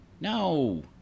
No